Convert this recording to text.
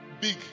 big